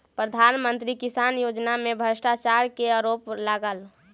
प्रधान मंत्री किसान योजना में भ्रष्टाचार के आरोप लागल